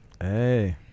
Hey